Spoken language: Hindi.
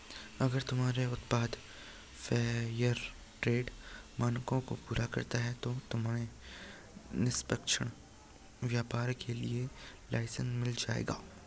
अगर तुम्हारे उत्पाद फेयरट्रेड मानकों को पूरा करता है तो तुम्हें निष्पक्ष व्यापार के लिए लाइसेन्स मिल जाएगा